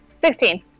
sixteen